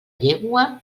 llengua